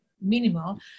minimal